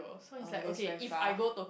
oh that's very far